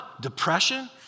Depression